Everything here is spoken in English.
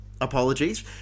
apologies